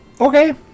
Okay